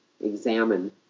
examine